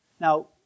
Now